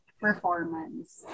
performance